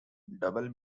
double